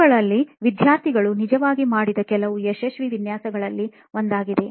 ಅವುಗಳಲ್ಲಿ ವಿದ್ಯಾರ್ಥಿಗಳು ನಿಜವಾಗಿ ಮಾಡಿದ ಕೆಲವು ಯಶಸ್ವಿ ವಿನ್ಯಾಸಗಳಲ್ಲಿ ಒಂದಾಗಿತ್ತು